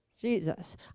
Jesus